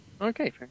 Okay